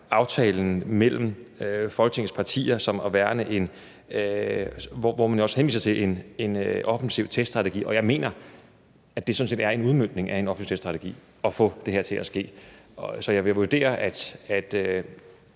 aftalen mellem Folketingets partier, hvor man jo også henviser til en offensiv teststrategi, og jeg mener, at det sådan set er udmøntning af en offensiv teststrategi at få det her til at ske. Så jeg vil vurdere, at